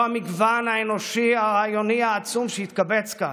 המגוון האנושי הרעיוני העצום שהתקבץ כאן,